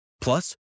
Plus